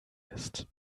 ist